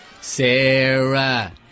Sarah